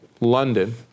London